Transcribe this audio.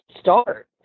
start